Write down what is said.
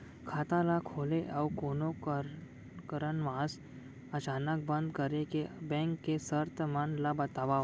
खाता ला खोले अऊ कोनो कारनवश अचानक बंद करे के, बैंक के शर्त मन ला बतावव